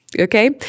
Okay